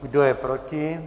Kdo je proti?